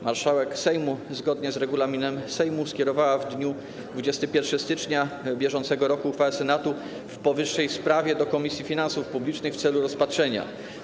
Marszałek Sejmu zgodnie z regulaminem Sejmu skierowała w dniu 21 stycznia br. uchwałę Senatu w powyższej sprawie do Komisji Finansów Publicznych w celu rozpatrzenia.